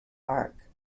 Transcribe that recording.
arc